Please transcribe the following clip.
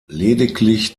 lediglich